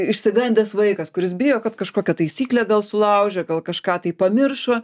išsigandęs vaikas kuris bijo kad kažkokią taisyklę gal sulaužė gal kažką tai pamiršo